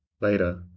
Later